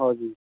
हजुर